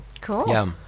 Cool